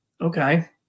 okay